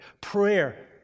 Prayer